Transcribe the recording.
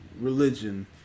religion